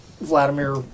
Vladimir